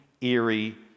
eerie